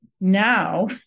now